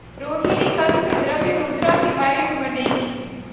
रोहिणी कल से द्रव्य मुद्रा के बारे में पढ़ेगी